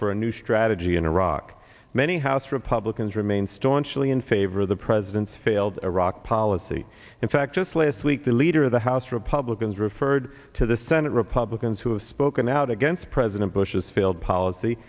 for a new strategy in iraq many house republicans remain staunchly in favor of the president's failed iraq policy in fact just last week the leader of the house republicans referred to the senate republicans who have spoken out against president bush's failed policy